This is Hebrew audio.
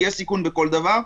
כי יש סיכון בכל דבר.